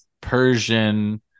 Persian